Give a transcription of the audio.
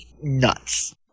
nuts